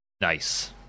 Nice